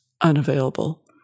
unavailable